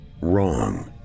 wrong